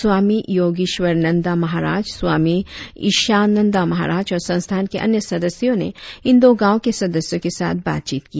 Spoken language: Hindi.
स्वामी योगिश्वरनन्दा महाराज स्वामी इशानंदा महाराज और संस्थान के अन्य सदस्यों ने इन दो गांवो के सदस्यों के साथ बातचीत की